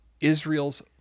Israel's